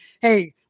hey